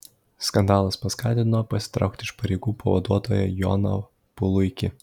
skandalas paskatino pasitraukti iš pareigų pavaduotoją joną puluikį